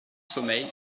sommeil